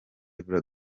evra